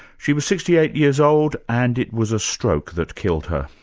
she was sixty eight years old and it was a stroke that killed her,